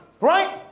right